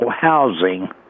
housing